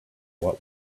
what